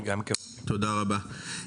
תודה רבה.